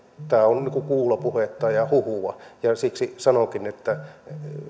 on kuulopuhetta ja huhua ja siksi sanonkin että